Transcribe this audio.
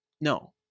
No